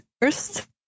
first